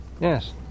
Yes